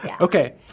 Okay